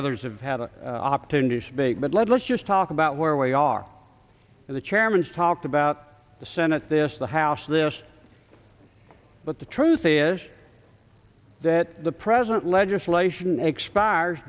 others have had an opportunity to make but let's just talk about where we are in the chairman's talked about the senate this the house this but the truth is that the present legislation expires